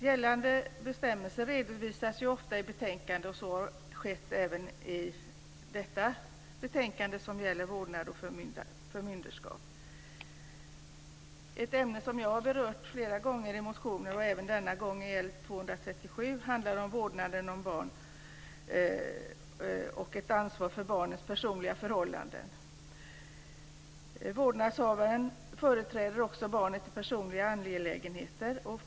Gällande bestämmelser redovisas ju ofta i betänkanden och så har skett även i detta betänkande som gäller vårdnad och förmyndarskap. Ett ämne som jag har berört flera gånger i motioner och även denna gång, i L237, handlar om vårdnaden om barn och ett ansvar för barnets personliga förhållanden. Vårdnadshavaren företräder också barnet i personliga angelägenheter.